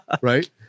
right